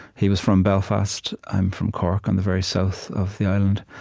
he was from belfast i'm from cork, on the very south of the island.